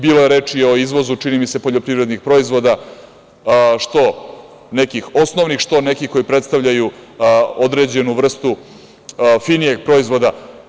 Bilo je reči o izvozu, čini mi se, poljoprivrednih proizvoda, što nekih osnovnih, što nekih koji predstavljaju određenu vrstu finijeg proizvoda.